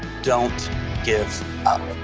don't give up.